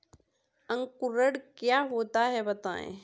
अंकुरण क्या होता है बताएँ?